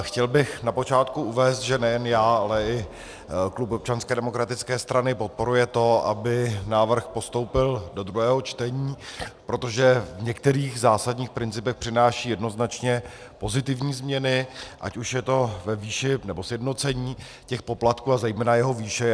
Chtěl bych na počátku uvést, že nejen já, ale i klub Občanské demokratické strany podporuje to, aby návrh postoupil do druhého čtení, protože v některých zásadních principech přináší jednoznačně pozitivní změny, ať už je to sjednocení poplatků a zejména jejich výše.